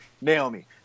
Naomi